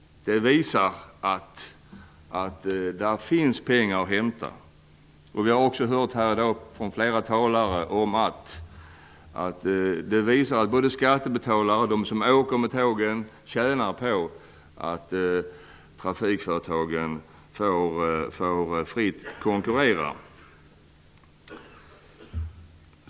Det visar att där finns pengar att hämta. Vi har också hört från flera talare här i dag att både skattebetalarna och de som åker med tågen tjänar på att trafikföretagen får konkurrera fritt.